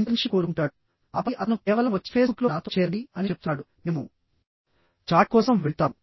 internship కోరుకుంటాడు ఆపై అతను కేవలం వచ్చి ఫేస్బుక్లో నాతో చేరండి అని చెప్తున్నాడు మేము చాట్ కోసం వెళ్తాము